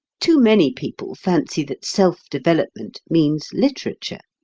too many people fancy that self-development means literature.